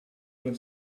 alla